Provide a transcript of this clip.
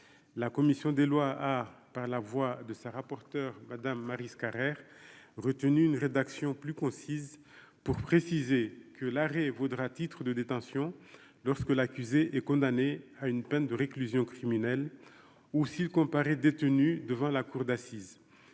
la commission des lois a, par la voix de ses rapporteurs madame Maryse Carrère retenu une rédaction plus concise pour préciser que l'arrêt vaudra titre de détention lorsque l'accusé est condamné à une peine de réclusion criminelle ou s'il comparaît détenu devant la cour d'assises,